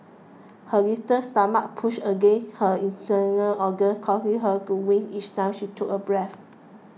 her distant stomach pushed against her internal organs causing her to wince each time she took a breath